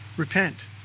repent